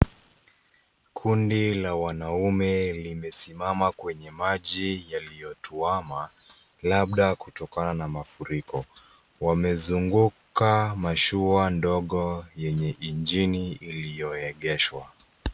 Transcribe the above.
Kundi la wanaume limesimama kwenye maji yaliyotuama, labda kutokana na mafuriko. Wamezunguka mashua ndogo yenye ingini iliyoegeshwa.